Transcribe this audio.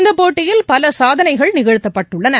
இந்தப் போட்டியில் பல சாதனைகள் நிகழ்த்தப்பட்டுள்ளன